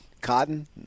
Cotton